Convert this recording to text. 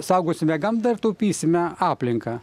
saugosime gamtą ir taupysime aplinką